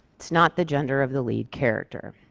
it's not the gender of the lead character.